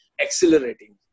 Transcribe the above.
accelerating